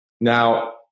Now